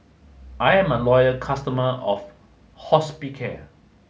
I'm a loyal customer of Hospicare